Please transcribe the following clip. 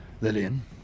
Lillian